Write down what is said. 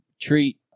treat